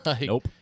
Nope